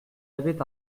avait